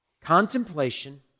Contemplation